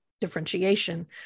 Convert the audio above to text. differentiation